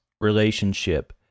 relationship